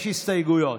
יש הסתייגויות.